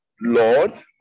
Lord